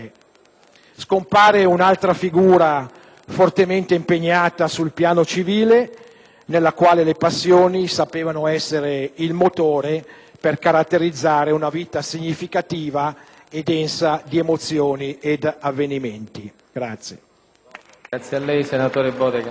Scompare un'altra figura fortemente impegnata sul piano civile, nella quale le passioni sapevano essere il motore per caratterizzare una vita significativa e densa di emozioni ed avvenimenti. *(Applausi dai Gruppi